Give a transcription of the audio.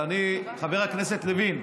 חבר הכנסת לוין,